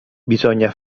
bisogna